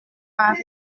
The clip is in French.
paris